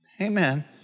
amen